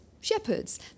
shepherds